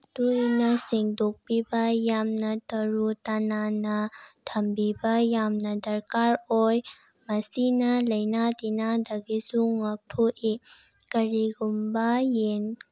ꯇꯣꯏꯅ ꯁꯦꯡꯗꯣꯛꯄꯤꯕ ꯌꯥꯝꯅ ꯇꯔꯨ ꯇꯅꯥꯟꯅ ꯊꯝꯕꯤꯕ ꯌꯥꯝꯅ ꯗꯔꯀꯥꯔ ꯑꯣꯏ ꯃꯁꯤꯅ ꯂꯩꯅꯥ ꯇꯤꯜꯅꯥꯗꯒꯤꯁꯨ ꯉꯥꯛꯊꯣꯛꯏ ꯀꯔꯤꯒꯨꯝꯕ ꯌꯦꯟ